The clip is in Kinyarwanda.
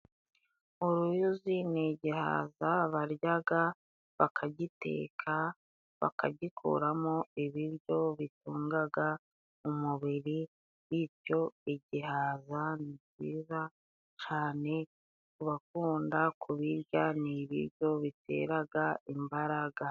Uruyuzi ni igihaza baryaga bakagiteka bakagikuramo ibiryo bitungaga umubiri. Bityo, igihaza ni ciza cane kubakunda kubirya ni ibiryo bi biteraga imbaraga.